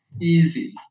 easy